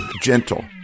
gentle